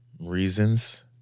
reasons